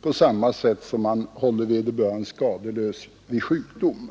på samma sätt som man håller vederbörande skadeslös vid sjukdom.